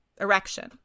erection